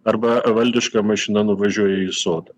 arba valdiška mašina nuvažiuoja į sodą